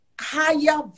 higher